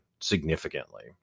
significantly